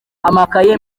amakaye